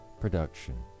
production